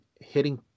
hitting